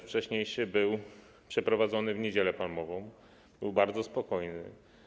Wcześniejszy był przeprowadzony w Niedzielę Palmową i był bardzo spokojny.